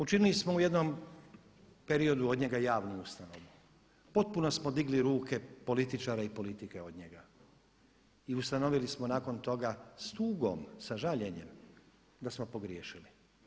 Učinili smo u jednom periodu od njega javnu ustanovu, potpuno smo digli ruke političara i politike od njega i ustanovili smo nakon toga s tugom, sa žaljenjem da smo pogriješili.